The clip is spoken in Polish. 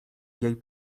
jej